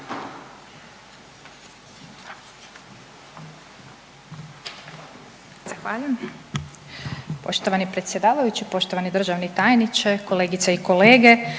Zahvaljujem.